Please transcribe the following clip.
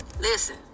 listen